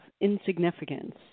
insignificance